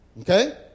Okay